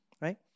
right